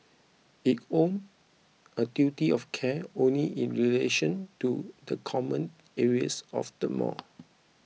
it owed a duty of care only in relation to the common areas of the mall